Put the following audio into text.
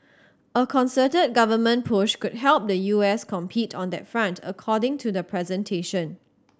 a concerted government push could help the U S compete on that front according to the presentation